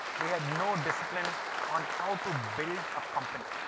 we had no discipline on how to build a company.